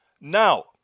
Now